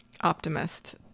optimist